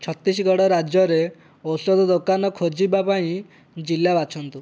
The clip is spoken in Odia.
ଛତିଶଗଡ଼ ରାଜ୍ୟରେ ଔଷଧ ଦୋକାନ ଖୋଜିବା ପାଇଁ ଜିଲ୍ଲା ବାଛନ୍ତୁ